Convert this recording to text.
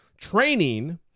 training